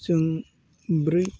जों ब्रै